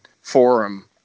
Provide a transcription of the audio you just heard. forum